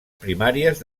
primàries